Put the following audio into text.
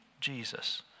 Jesus